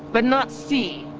but not see.